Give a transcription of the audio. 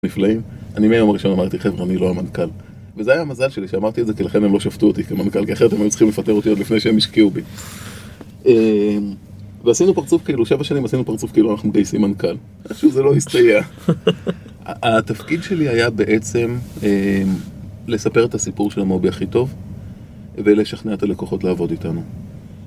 אני מיום הראשון אמרתי חברה אני לא המנכ״ל וזה היה המזל שלי שאמרתי את זה כי לכן הם לא שפטו אותי כמנכ״ל כי אחרת הם היו צריכים לפטר אותי עוד לפני שהם השקיעו בי ועשינו פרצוף כאילו שבע שנים עשינו פרצוף כאילו אנחנו מגייסים מנכ״ל חשוב זה לא הסתייע התפקיד שלי היה בעצם לספר את הסיפור של המובי הכי טוב ולשכנע את הלקוחות לעבוד איתנו